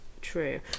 true